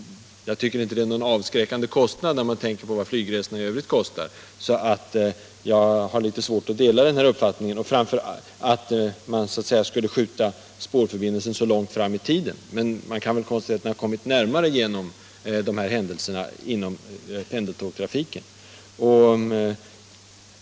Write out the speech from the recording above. Jag tycker inte det är någon avskräckande kostnad när man tänker på vad flygresorna i övrigt kostar. Jag har alltså litet svårt att dela både synen på kostnaden och framför allt uppfattningen att man skulle skjuta spårförbindelsen så långt fram i tiden. Man kan väl konstatera att den har kommit närmare genom händelserna när det gäller pendeltågtrafiken.